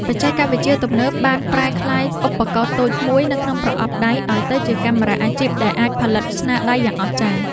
បច្ចេកវិទ្យាទំនើបបានប្រែក្លាយឧបករណ៍តូចមួយនៅក្នុងប្រអប់ដៃឱ្យទៅជាកាមេរ៉ាអាជីពដែលអាចផលិតស្នាដៃយ៉ាងអស្ចារ្យ។